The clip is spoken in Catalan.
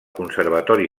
conservatori